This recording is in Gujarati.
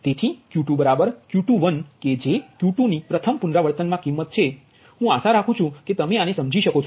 તેથી Q2 Q21કે જે Q2 ની પ્રથમ પુનરાવર્તનમાં કિંમત છે હું આશા રાખું છું કે તમે આને સમજી શકો છો